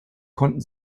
konnten